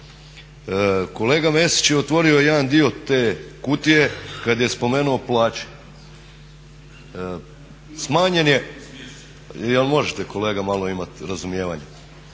Kolega Mesić je otvorio jedan dio te kutije kad je spomenuo plaće. Smanjen je … /Govornici govore u glas, ne razumije